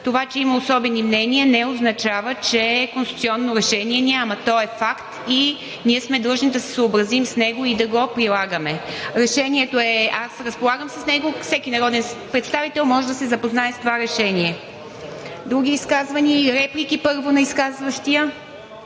Това, че има особени мнения, не означава, че конституционно решение няма, то е факт и ние сме длъжни да се съобразим с него и да го прилагаме. Аз разполагам с него и всеки народен представител може да се запознае с това решение. Реплики? Не виждам. Други изказвания?